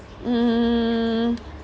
mm